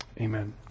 Amen